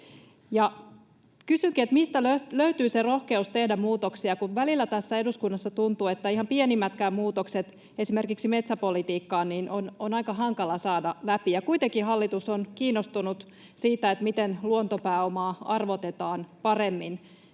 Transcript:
Kysynkin, mistä löytyy se rohkeus tehdä muutoksia, kun välillä tässä eduskunnassa tuntuu, että ihan pienimmätkin muutokset esimerkiksi metsäpolitiikkaan on aika hankala saada läpi, ja kuitenkin hallitus on kiinnostunut siitä, miten luontopääomaa arvotetaan paremmin.